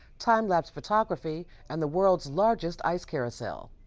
time lapse photography, and the world's largest ice carousel.